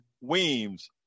Weems